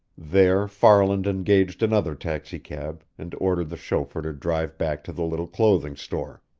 there farland engaged another taxicab, and ordered the chauffeur to drive back to the little clothing store.